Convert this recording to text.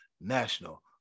national